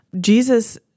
Jesus